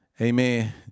Amen